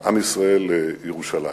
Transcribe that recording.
עם ישראל לירושלים.